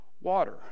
water